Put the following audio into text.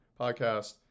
podcast